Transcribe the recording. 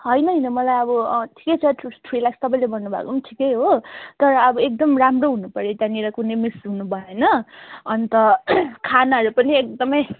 होइन होइन मलाई अब ठिकै छ थ्री ल्याक्स तपाईँले भन्नुभएको ठिकै हो तर अब एकदम राम्रो हुनुपऱ्यो त्यहाँनिर कुनै मिस हुनु भएन अन्त खानाहरू पनि एकदमै